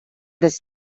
this